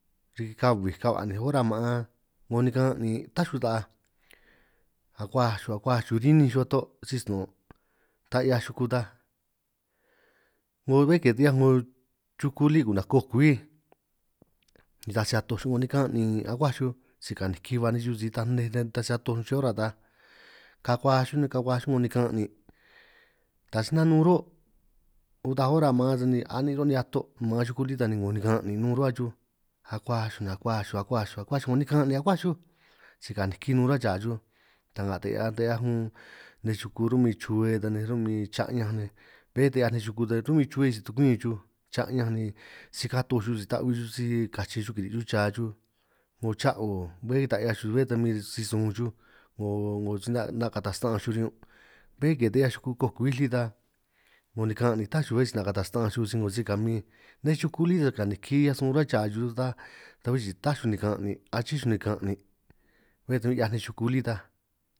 Riki ka' huij ka' hua'ninj ora maan 'ngo nikan', ni ta xuj taaj akuaj xuj akuaj xuj rininj xuj to sisnu'un', ta 'hiaj xuku ta 'ngo bé ke ta 'hiaj chuku lí ku'naj kokuíj, nitaj si atoj xuj 'ngo nikan' ni akuaj xuj si kaniki ba nej xuj si nitaj nnej riñan nitaj si atoj xuj, ora taj kakuaj xuj kakuaj 'ngo nikan' ni taj si nanun ro' otaj ora maan, sani a'nin' ro ni ato' maan xuku lí ta ni 'ngo nikan' ni nun ruhua xuj akuaj xuj ni akuaj xuj akuaj xuj akuaj xuj 'ngo nikan', ni akuaj xuj si kaniki nun chuhua ra xuj ta'nga ta 'hia te 'hiaj unn nej chuku ro'min chuhue ta nej, ro'min cha'ñanj nej bé ta 'hiaj nej chuku ta ro'min chuhue si tukumin xuj cha'ñanj, ni si katoj xuj si ta'hui xuj si kache xuj kiri' xuj cha xuj 'ngo cha'u, bé ta 'hiaj xuj bé ta huin si-sun xuj 'ngo si 'na' 'na' kataj sna'anj xuj riñun', bé ke ta 'hiaj chuku kokwi lí ta 'ngo nikan' ni tá xuj bé si 'na' kataj san'anj xuj si 'ngo si kamin, nej xuku lí ta ni ta kaniki 'hiaj sun ruhua chaa xuj, ta bé chii' taj xuj nikan' ni aché nikan' ni bé ta huin 'hiaj nej xuku lí taj.